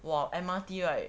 !wah! M_R_T right